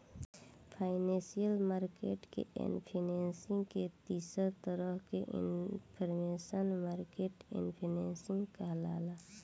financial market के efficiency के तीसर तरह के इनफॉरमेशनल मार्केट एफिशिएंसी कहाला